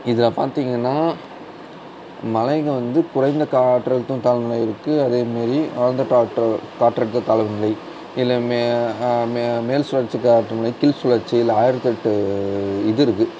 இதில் பார்த்திங்கன்னா மழைகள் வந்து குறைந்த காற்றழுத்த தாழ்வு நிலை இருக்கு அதேமாரி தாழ்ந்த காற்றழுத்த தாழ்வு நிலை இதில் மேல்சுழற்சி காற்று நிலை கீழ் சுழற்சி ஆயிரதெட்டு இது இருக்கு